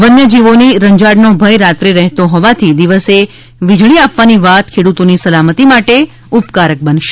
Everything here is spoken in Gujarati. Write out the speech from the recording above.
વન્ય જીવોની રંજાડનો ભય રાત્રે રહેતો હોવાથી દિવસે વીજળી આપવાની વાત ખેડૂતોની સલામતી માટે ઉપકારક બનશે